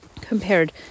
compared